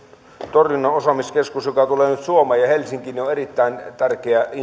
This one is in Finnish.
torjunnan osaamiskeskus joka tulee nyt suomeen ja helsinkiin on erittäin tärkeä